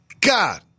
God